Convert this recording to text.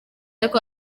ariko